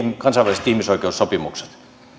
kansainväliset ihmisoikeussopimukset